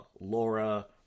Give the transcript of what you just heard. Laura